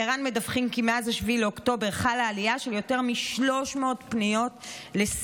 בער"ן מדווחים כי מאז 7 באוקטובר חלה עלייה של יותר מ-300 פניות לסיוע.